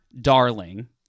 darling